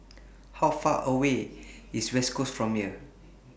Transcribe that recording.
How Far away IS West Coast from here